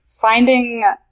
finding